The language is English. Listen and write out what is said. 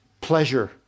Pleasure